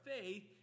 faith